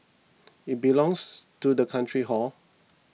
it belongs to the country hor